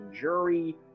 Jury